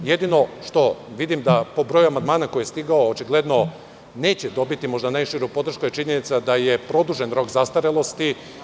Jedino što vidim po broju amandmanu koji je stigao, zakon očigledno neće dobiti možda najširu podršku, jer je činjenica da je produžen rok zastarelosti.